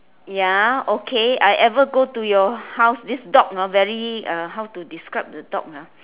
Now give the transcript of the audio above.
ya okay I ever go to your house this dog hor very uh how to describe your dog ah